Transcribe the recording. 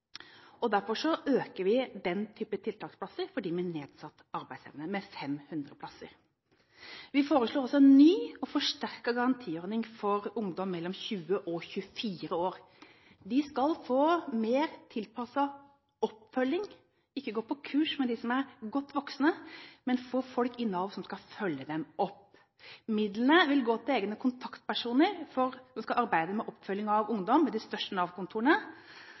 arbeidsevne. Derfor øker vi tiltaksplasser for dem med nedsatt arbeidsevne med 500 plasser. Vi foreslår også en ny og forsterket garantiordning for ungdom mellom 20 og 24 år. De skal få mer tilpasset oppfølging – ikke gå på kurs med dem som er godt voksne, men få folk i Nav som skal følge dem opp. Midlene vil gå til egne kontaktpersoner som skal arbeide med oppfølging av ungdom ved de største